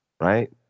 Right